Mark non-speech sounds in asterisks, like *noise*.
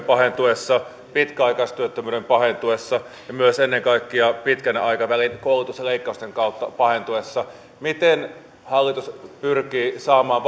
*unintelligible* pahentuessa pitkäaikaistyöttömyyden pahentuessa ja myös ennen kaikkea pitkän aikavälin koulutusleikkausten kautta pahentuessa miten hallitus pyrkii saamaan *unintelligible*